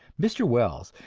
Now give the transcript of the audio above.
mr. wells,